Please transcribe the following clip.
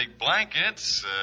blankets